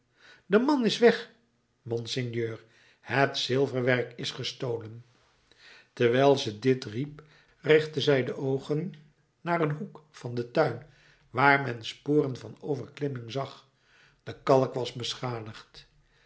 de man is weg monseigneur het zilverwerk is gestolen terwijl ze dit riep richtte zij de oogen naar een hoek van den tuin waar men sporen van overklimming zag de kalk was beschadigd